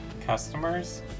customers